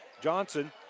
Johnson